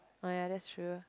oh ya that true